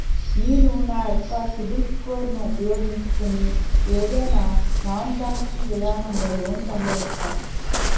నేను నా యెక్క సిబిల్ స్కోర్ ను ఉపయోగించుకుని ఏదైనా నాన్ బ్యాంకింగ్ విధానం లొ లోన్ పొందవచ్చా?